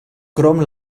krom